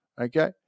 okay